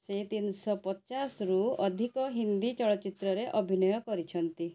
ସେ ତିନିଶହ ପଚାଶରୁ ଅଧିକ ହିନ୍ଦୀ ଚଳଚ୍ଚିତ୍ରରେ ଅଭିନୟ କରିଛନ୍ତି